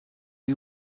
des